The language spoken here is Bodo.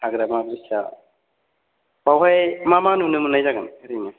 हाग्रामा ब्रिजआव बेयावहाय मा मा नुनो मोननाय जागोन ओरैनो